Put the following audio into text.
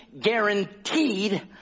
guaranteed